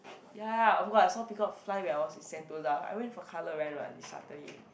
ya oh-my-god I saw peacock fly when I was in Sentosa I went for Colour Run Run this Saturday